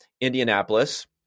Indianapolis